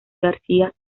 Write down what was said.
garcía